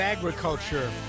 Agriculture